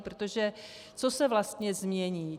Protože co se vlastně změní?